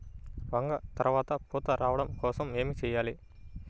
వంగ త్వరగా పూత రావడం కోసం ఏమి చెయ్యాలి?